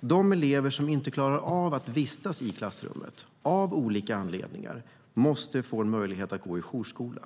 De elever som inte klarar av att vistas i klassrummet av olika anledningar måste få en möjlighet att gå i jourskola.